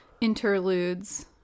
interludes